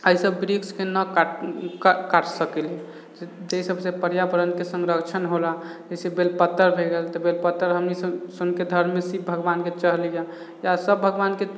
एहिसब वृक्ष के न काट सकीले जइसबसे पर्यावरण के संरक्षण होला जैसे बेलपत्तर भए गेल तऽ बेलपत्तर हमनीसुन के धर्म मे शिव भगवान के चढ़िला या सब भगवान के